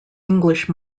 english